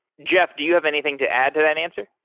jeff, do you have anything to add to that answer?